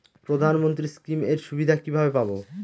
প্রধানমন্ত্রী স্কীম এর সুবিধা কিভাবে পাবো?